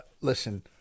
Listen